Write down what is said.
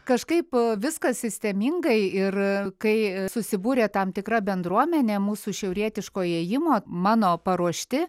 kažkaip viskas sistemingai ir kai susibūrė tam tikra bendruomenė mūsų šiaurietiško ėjimo mano paruošti